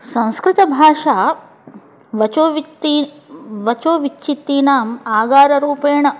संस्कृतभाषा वचोवित्तः वचोविच्चित्तीनाम् आकाररूपेण